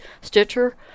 Stitcher